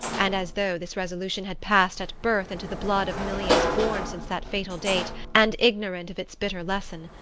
and as though this resolution had passed at birth into the blood of millions born since that fatal date, and ignorant of its bitter lesson.